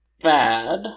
bad